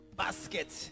basket